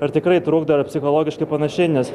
ir tikrai trukdo ir psichologiškai panašiai nes